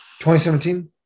2017